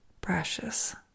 precious